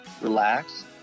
relax